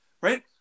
Right